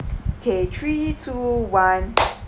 okay three two one